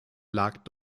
lag